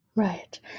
Right